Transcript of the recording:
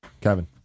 Kevin